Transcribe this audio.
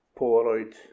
Polaroid